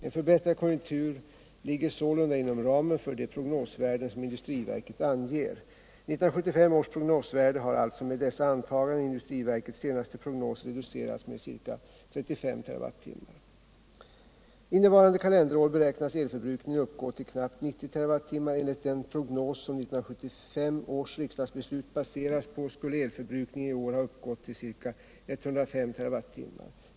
En förbättrad konjunktur ligger sålunda inom ramen för de prognosvärden som industriverket anger. 1975 års prognosvärde har alltså med dessa antaganden i industriverkets senaste prognos reducerats med ca 35 TWh. Innevarande kalenderår beräknas elförbrukningen uppgå till knappt 90 TWh. Enligt den prognos som 1975 års riksdagsbeslut baserades på skulle elförbrukningen i år ha uppgått till ca 105 TWh.